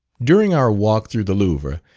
during our walk through the louvre,